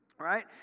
Right